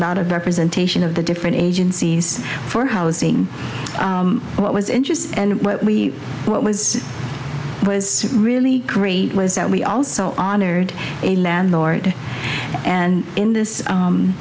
lot of representation of the different agencies for housing what was interesting and what we what was was really great was that we also honored a landlord and in this